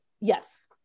yes